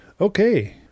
Okay